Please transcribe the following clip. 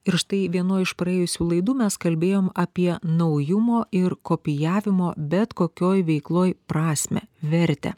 ir štai vienoj iš praėjusių laidų mes kalbėjom apie naujumo ir kopijavimo bet kokioj veikloj prasmę vertę